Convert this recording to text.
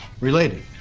related.